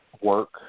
work